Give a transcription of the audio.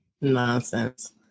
Nonsense